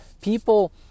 people